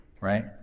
right